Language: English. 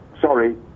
sorry